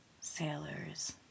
Sailors